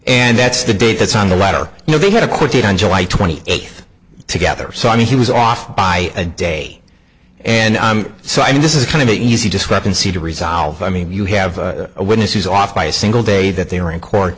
and that's the date that's on the letter you know they had a court date on july twenty eighth together so i mean he was off by a day and i'm so i mean this is kind of easy discrepancy to resolve i mean you have a witness who is off by a single day that they were in court